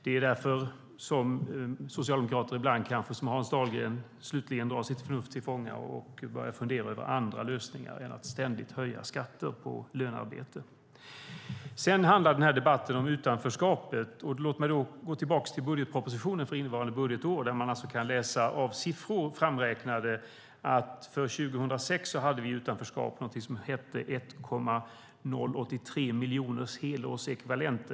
Det är därför som socialdemokrater kanske ibland som Hans Dahlgren slutligen tar sitt förnuft till fånga och börjar fundera över andra lösningar än att ständigt höja skatter på lönearbete. Den här debatten handlar om utanförskapet. Låt mig gå tillbaka till budgetpropositionen för innevarande budgetår. Där kan man av framräknade siffror utläsa att vi för år 2006 hade ett utanförskap på 1,083 miljoner helårsekvivalenter.